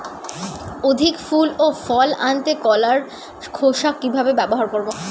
অধিক ফুল ও ফল আনতে কলার খোসা কিভাবে ব্যবহার করব?